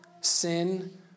sin